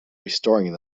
restoring